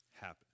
happen